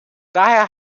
daher